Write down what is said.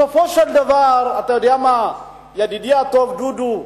בסופו של דבר, ידידי הטוב דודו,